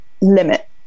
limit